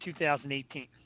2018